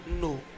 no